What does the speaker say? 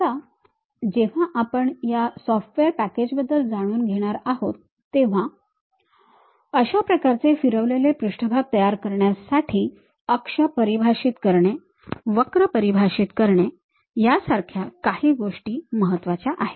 आता जेव्हा आपण या सॉफ्टवेअर पॅकेजबद्दल जाणून घेणार आहोत तेव्हा अशा प्रकारचे फिरवलेले पृष्ठभाग तयार करण्यासाठी अक्ष परिभाषित करणे वक्र परिभाषित करणे यासारख्या काही गोष्टी महत्त्वाच्या आहेत